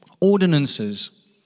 ordinances